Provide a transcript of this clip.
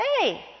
Hey